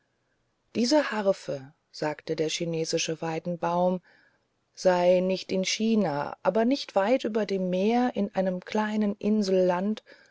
diese harfe sagte der chinesische weidenbaum sei nicht in china aber nicht weit über dem meer in einem kleinen inselland